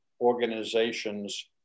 organizations